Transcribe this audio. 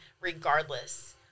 regardless